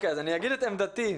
אני אגיד את עמדתי,